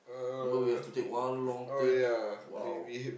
remember we have to take one long turn !wow!